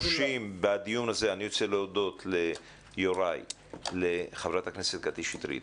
בדיון הזה אני רוצה להודות ליוראי ולחברת הכנסת קטי שטרית.